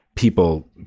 People